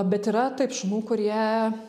bet yra taip šunų kurie